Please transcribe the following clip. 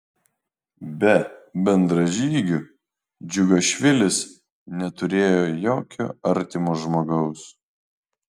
be bendražygių džiugašvilis neturėjo jokio artimo žmogaus